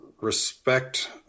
respect